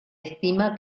estima